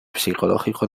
psicológico